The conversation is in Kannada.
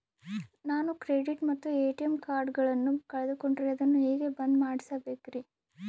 ನಾನು ಕ್ರೆಡಿಟ್ ಮತ್ತ ಎ.ಟಿ.ಎಂ ಕಾರ್ಡಗಳನ್ನು ಕಳಕೊಂಡರೆ ಅದನ್ನು ಹೆಂಗೆ ಬಂದ್ ಮಾಡಿಸಬೇಕ್ರಿ?